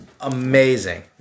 amazing